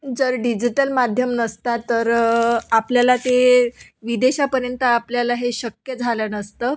जर डिजिटल माध्यम नसता तर आपल्याला ते विदेशापर्यंत आपल्याला हे शक्य झालं नसतं